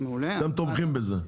אתם תומכים בזה?